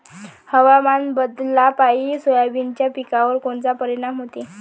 हवामान बदलापायी सोयाबीनच्या पिकावर कोनचा परिणाम होते?